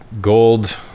gold